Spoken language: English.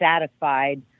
satisfied